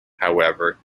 however